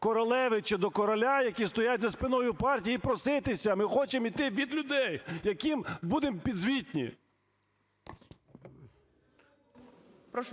королеви чи до короля, які стоять за спиною партій і проситися? Ми хочемо йти від людей, яким будемо підзвітні.